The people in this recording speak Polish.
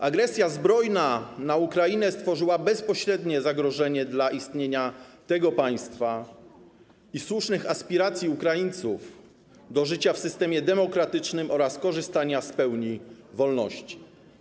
Agresja zbrojna na Ukrainę stworzyła bezpośrednie zagrożenie dla istnienia tego państwa i słusznych aspiracji Ukraińców do życia w systemie demokratycznym oraz korzystania z pełni wolności.